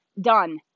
done